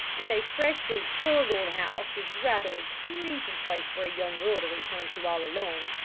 and a freshly burgled house is rather a creepy place for a young girl to return to all alone.